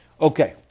Okay